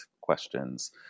questions